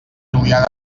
julià